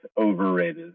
Overrated